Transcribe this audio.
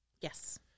Yes